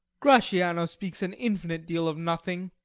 gratiano speaks an infinite deal of nothing,